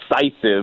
decisive